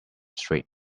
street